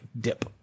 dip